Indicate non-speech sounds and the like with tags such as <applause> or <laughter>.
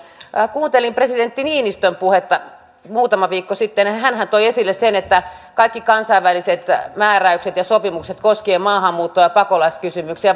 kuuntelin presidentti niinistön puhetta muutama viikko sitten ja hänhän toi esille sen että kaikki kansainväliset määräykset ja sopimukset koskien maahanmuuttoa ja pakolaiskysymyksiä <unintelligible>